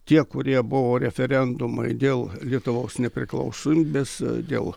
tie kurie buvo referendumai dėl lietuvos nepriklausomybės dėl